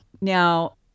Now